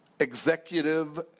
executive